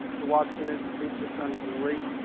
the watson institute puts on great